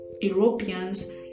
Europeans